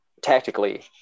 tactically